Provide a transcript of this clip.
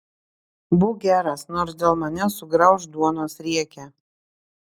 būk geras nors dėl manęs sugraužk duonos riekę